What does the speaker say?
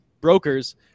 brokers